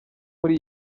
muri